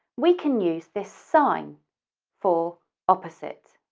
we can use this sign for opposite.